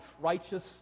Righteous